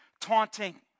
taunting